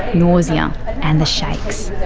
nausea and the shakes.